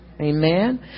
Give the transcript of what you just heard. Amen